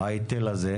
ההיטל הזה?